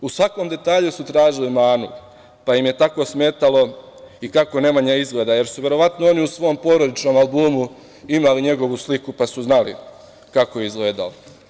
U svakom detalju su tražili manu, pa im je tako smetalo i kako Nemanja izgleda, jer su verovatno oni u svom porodičnom albumu imali njegovu sliku pa su znali kako je izgledao.